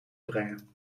brengen